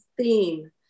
theme